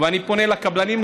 ואני פונה לקבלנים,